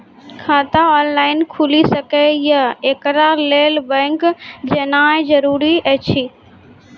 खाता ऑनलाइन खूलि सकै यै? एकरा लेल बैंक जेनाय जरूरी एछि?